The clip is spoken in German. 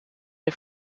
der